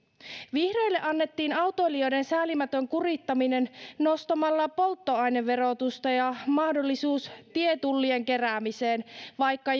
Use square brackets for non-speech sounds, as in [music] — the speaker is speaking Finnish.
vihreille annettiin autoilijoiden säälimätön kurittaminen nostamalla polttoaineverotusta ja mahdollisuus tietullien keräämiseen vaikka [unintelligible]